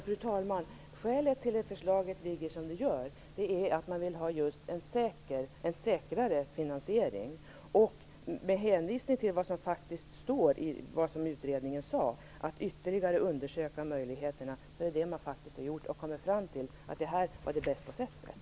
Fru talman! Skälet till att förslaget ser ut som det gör är att man vill ha just en säkrare finansiering. Jag hänvisar till vad utredningen sade, att man bör ytterligare undersöka möjligheterna. Det är faktiskt vad man har gjort, och man har kommit fram till att detta var det bästa sättet.